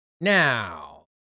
Now